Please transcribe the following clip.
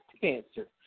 cancer